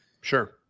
Sure